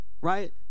right